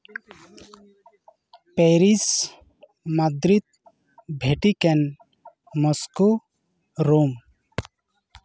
Paris Madrid Vatican Moscow Rome